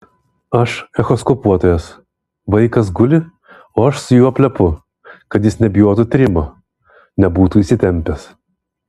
aš echoskopuotojas vaikas guli o aš su juo plepu kad jis nebijotų tyrimo nebūtų įsitempęs